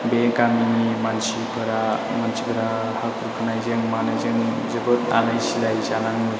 बे गामिनि मानसिफोरा मानसिफोरा बाख्रि खांनायजों मानायजों जोबोद आलाय सिलाय जानाङो